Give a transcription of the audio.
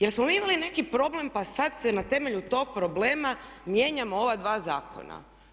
Jesmo li mi imali neki problem pa sada se na temelju tog problema mijenjamo ova dva zakona?